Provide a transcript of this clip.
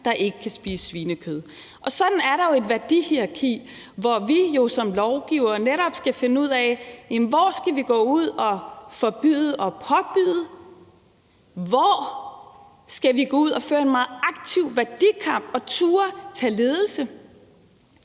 der ikke kan spise svinekød. Sådan er der jo et værdihierarki, hvor vi som lovgivere netop skal finde ud af: Hvor skal vi gå ud at forbyde og påbyde? Hvor skal vi gå ud at føre en meget aktiv værdikamp og turde tage ledelse?